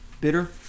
Bitter